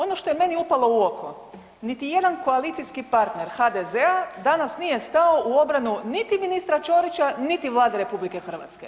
Ono što je meni upalo u oko, niti jedan koalicijski partner HDZ-a danas nije stao u obranu niti ministra Ćorića, niti Vlade RH.